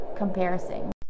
comparison